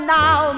now